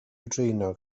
ddraenog